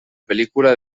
película